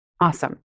Awesome